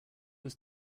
was